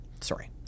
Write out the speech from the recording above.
Sorry